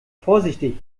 vorsichtig